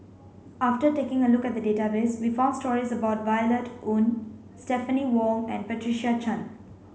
after taking a look at the database we found stories about Violet Oon Stephanie Wong and Patricia Chan